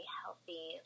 healthy